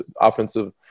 offensive